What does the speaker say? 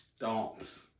stomps